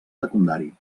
secundari